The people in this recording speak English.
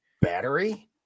Battery